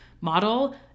model